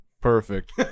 Perfect